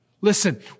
Listen